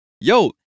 Yo